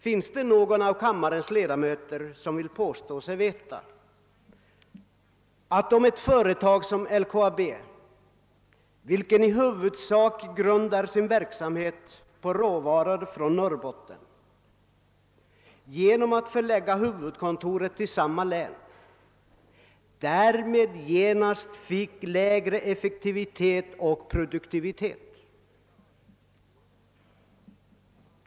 Är det någon av kammarens ledamöter som påstår sig veta att om ett företag som LKAB, vilket i huvudsak grundar sin verksamhet på råvaror från Norrbotten, genom att förlägga huvudkontoret till samma län därmed genast fick lägre effektivitet och produktivitet?